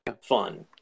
fun